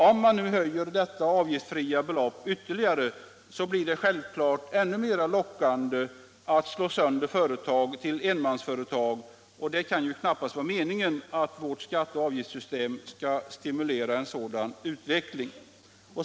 Om man nu höjer detta avgiftsfria belopp ytterligare blir det naturligtvis ännu mera lockande att slå sönder företag till enmansföretag, och det kan ju knappast vara meningen att vårt skatte och avgiftssystem skall stimulera en sådan utveckling.